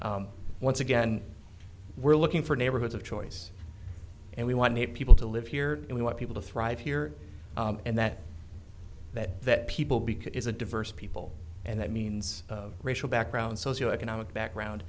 once again we're looking for neighborhoods of choice and we want people to live here and we want people to thrive here and that that that people because it is a diverse people and that means of racial background socioeconomic background